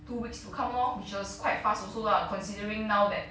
two weeks to come lor which was quite fast also lah considering now that